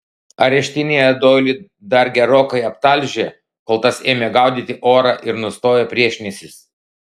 areštinėje doilį dar gerokai aptalžė kol tas ėmė gaudyti orą ir nustojo priešinęsis